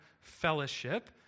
fellowship